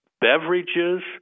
beverages